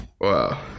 Wow